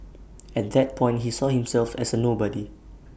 and that point he saw himself as A nobody